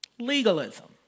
Legalism